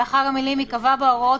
לאחר המילים "ייקבע בהוראות",